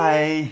Bye